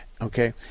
Okay